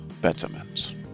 Betterment